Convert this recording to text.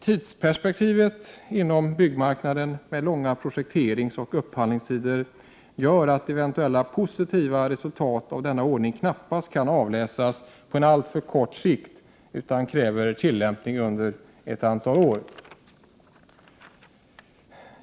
Tidsperspektivet inom byggmarknaden med långa projekteringsoch upphandlingstider gör att eventuella positiva resultat av denna ordning knappast kan avläsas på kort sikt utan kräver en tillämpning under ett antal år.